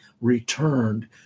returned